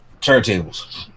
turntables